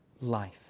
life